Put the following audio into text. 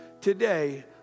today